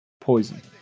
Poison